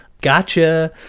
Gotcha